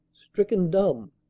stricken dumb,